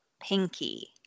Pinky